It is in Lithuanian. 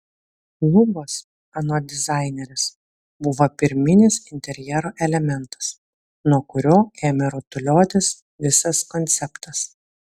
lubos anot dizainerės buvo pirminis interjero elementas nuo kurio ėmė rutuliotis visas konceptas